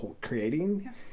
creating